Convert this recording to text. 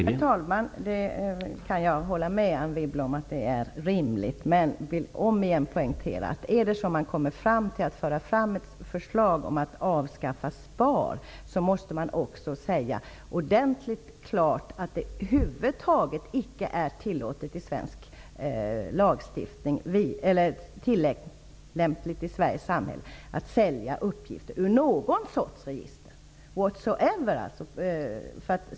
Herr talman! Jag kan hålla med Anne Wibble om att det är rimligt. Men jag vill återigen poängtera att man, om man kommer fram till att lägga fram förslag om att avskaffa SPAR, också ordentligt och klart måste uttala att det i Sveriges samhälle över huvud taget inte är tillämpligt att sälja uppgifter ur något slags register, ''what so ever''.